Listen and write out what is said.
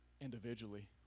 individually